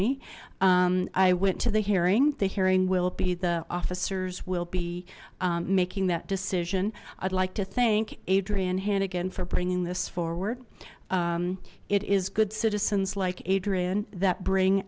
me i went to the hearing the hearing will be the officers will be making that decision i'd like to thank adrienne hannigan for bringing this forward it is good citizens like adrienne that bring